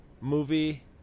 movie